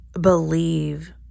believe